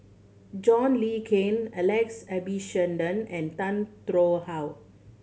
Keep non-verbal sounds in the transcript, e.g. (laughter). John Le Cain Alex Abisheganaden and Tan (unintelligible) How